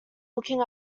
looking